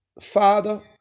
Father